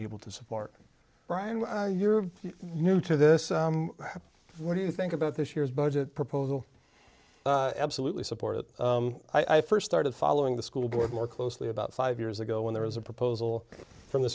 able to support brian you're new to this what do you think about this year's budget proposal absolutely supported i first started following the school board more closely about five years ago when there was a proposal from the